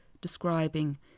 describing